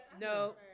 no